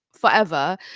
forever